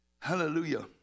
Hallelujah